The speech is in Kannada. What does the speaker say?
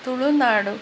ತುಳುನಾಡು